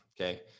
okay